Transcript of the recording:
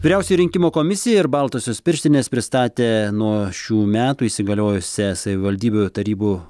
vyriausioji rinkimų komisija ir baltosios pirštinės pristatė nuo šių metų įsigaliojusią savivaldybių tarybų